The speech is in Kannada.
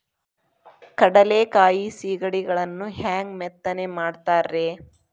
ಕಡಲೆಕಾಯಿ ಸಿಗಡಿಗಳನ್ನು ಹ್ಯಾಂಗ ಮೆತ್ತನೆ ಮಾಡ್ತಾರ ರೇ?